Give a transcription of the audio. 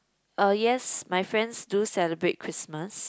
uh yes my friends do celebrate Christmas